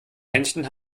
händchen